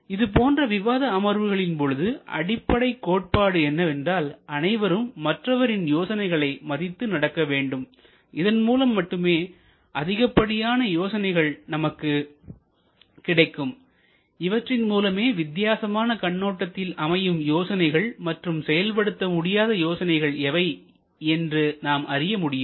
இதுபோன்ற விவாத அமர்வுகளின் பொழுது அடிப்படை கோட்பாடு என்னவென்றால் அனைவரும் மற்றவரின் யோசனைகளை மதித்து நடக்க வேண்டும் இதன்மூலம் மட்டுமே அதிகப்படியான யோசனைகள் நமக்கு கிடைக்கும் இவற்றின் மூலமே வித்தியாசமான கண்ணோட்டத்தில் அமையும் யோசனைகள் மற்றும் செயல்படுத்த முடியாத யோசனைகள் எவை என்று நாம் அறிய முடியும்